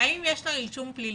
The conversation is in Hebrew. האם יש לה רישום פלילי.